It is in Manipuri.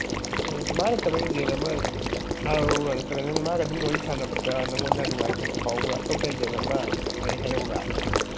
ꯎꯃ ꯃꯥ ꯅꯠꯇꯕ ꯑꯦꯖꯦꯟ ꯑꯃ ꯊꯥꯔꯛꯎꯔꯥ ꯅꯠꯇ꯭ꯔꯒ ꯅꯪ ꯃꯥꯒ ꯑꯗꯨꯝ ꯋꯥꯔꯤ ꯁꯥꯟꯅꯕꯗ ꯅꯪꯉꯣꯟꯗ ꯅꯨꯡꯉꯥꯏꯇꯕ ꯐꯥꯎꯕ꯭ꯔꯥ ꯑꯇꯣꯞꯄ ꯑꯦꯖꯦꯟ ꯑꯃ ꯑꯩ ꯍꯥꯏꯔꯛꯎꯔꯥ